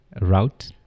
route